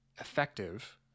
effective